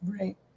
Right